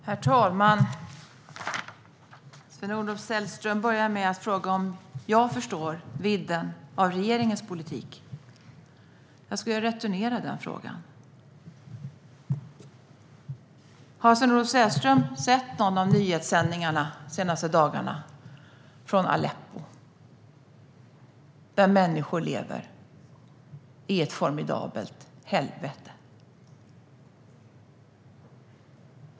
Herr talman! Sven-Olof Sällström började med att fråga om jag förstår vidden av regeringens politik. Jag skulle vilja returnera den frågan. Har Sven-Olof Sällström sett rapporteringen från Aleppo i någon av nyhetssändningarna de senaste dagarna? Människorna där lever i ett formidabelt helvete.